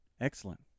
Excellent